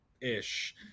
ish